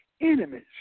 enemies